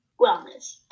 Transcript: wellness